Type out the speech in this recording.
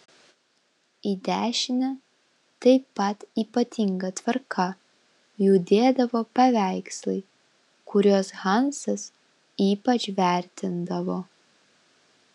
į dešinę taip pat ypatinga tvarka judėdavo paveikslai kuriuos hansas ypač vertindavo